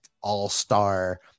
all-star